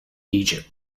egypt